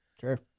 Sure